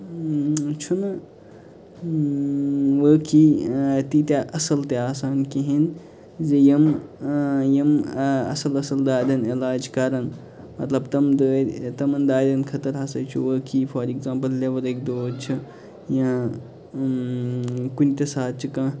چھُنہٕ وٲقعٕے تیٖتیاہ اصٕل تہِ آسان کِہیٖنۍ زِ یِم ٲں یِم ٲں اصٕل اصٕل دادیٚن علاج کَران مطلب تِم دٲدۍ تِمَن دٲدیٚن خٲطر ہسا چھُ وٲقعٕے فار ایٚکزامپٕل لیورٕکۍ دوٗد چھِ یا کُنہِ تہِ ساتہٕ چھِ کانٛہہ